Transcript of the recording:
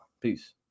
Peace